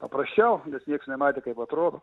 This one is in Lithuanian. paprasčiausiai niekas nematė kaip atrodo